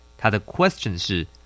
他的question是